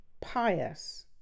pious